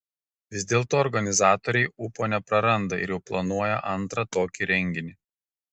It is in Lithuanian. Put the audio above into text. vis dėlto organizatoriai ūpo nepraranda ir jau planuoja antrą tokį renginį